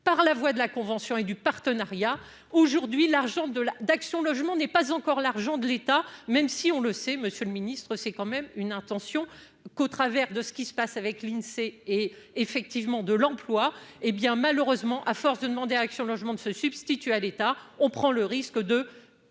par la voix de la convention et du partenariat aujourd'hui l'argent de la d'Action Logement n'est pas encore l'argent de l'État, même si on le sait, Monsieur le Ministre, c'est quand même une intention qu'au travers de ce qui se passe avec l'Insee, et effectivement de l'emploi hé bien malheureusement, à force de demander Action logement de se substituer à l'État, on prend le risque de